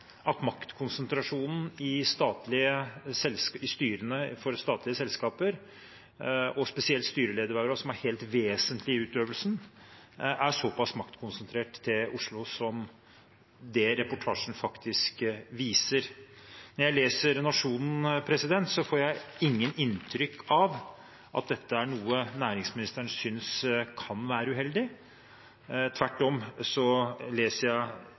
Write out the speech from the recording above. i styrene for statlige selskaper – og spesielt styreledervervene, som er helt vesentlige for utøvelsen – er så pass konsentrert til Oslo som det reportasjen faktisk viser. Når jeg leser Nationen, får jeg ikke inntrykk av at dette er noe næringsministeren synes kan være uheldig. Tvert om leser jeg